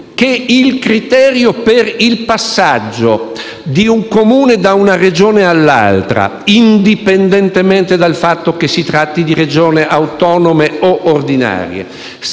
e motore per il passaggio di un Comune da una Regione all'altra, indipendentemente dal fatto che si tratti di Regioni autonome o ordinarie,